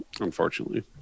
Unfortunately